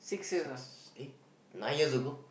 six eh nine years ago